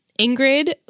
Ingrid